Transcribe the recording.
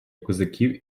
козаків